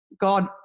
God